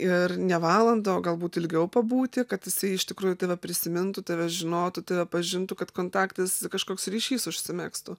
ir ne valandą o galbūt ilgiau pabūti kad jisai iš tikrųjų tave prisimintų tave žinotų tave pažintų kad kontaktas kažkoks ryšys užsimegztų